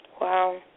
Wow